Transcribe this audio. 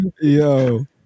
Yo